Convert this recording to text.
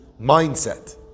mindset